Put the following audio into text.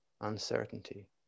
uncertainty